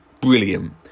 Brilliant